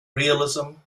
realism